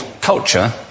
culture